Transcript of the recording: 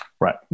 Right